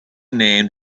named